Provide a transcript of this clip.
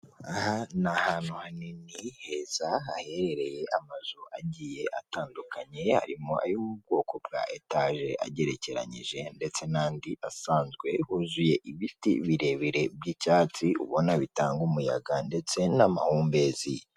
Aha ni ahantu hanini heza haherereye amazu agiye atandukanye, harimo ayo mu bwoko bwa etage agerekeranyije ndetse n'andi asanzwe, huzuye ibiti birebire by'icyatsi ubona bitanga umuyaga ndetse n'amahumbezi.